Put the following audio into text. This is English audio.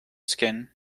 skin